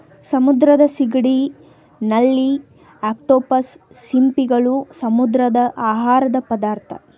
ಸಮುದ್ರದ ಸಿಗಡಿ, ನಳ್ಳಿ, ಅಕ್ಟೋಪಸ್, ಸಿಂಪಿಗಳು, ಸಮುದ್ರದ ಆಹಾರದ ಪದಾರ್ಥ